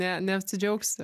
ne neapsidžiaugsi